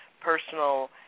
personal